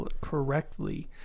correctly